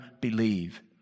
believe